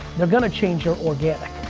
they're gonna change your organic.